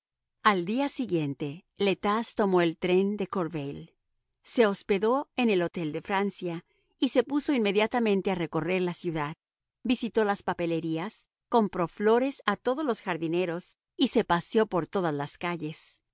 al día siguiente le tas tomó el tren de corbeil se hospedó en el hotel de francia y se puso inmediatamente a recorrer la ciudad visitó las papelerías compró flores a todos los jardineros y se paseó por todas las calles